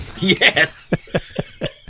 Yes